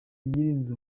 nyirinzu